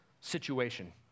situation